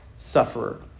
sufferer